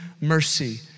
mercy